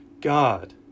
God